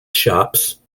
shops